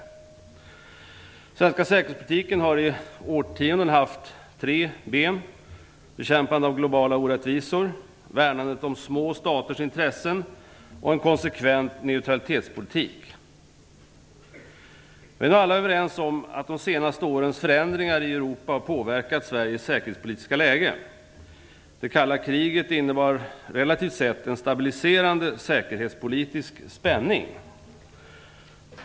Den svenska säkerhetspolitiken har i årtionden haft tre ben: 2. värnandet om små staters intressen och 3. en konsekvent neutralitetspolitik. Vi är nog alla överens om att de senaste årens förändringar i Europa har påverkat Sveriges säkerhetspolitiska läge. Det kalla kriget innebar relativt sett en stabiliserande säkerhetspolitisk spänning.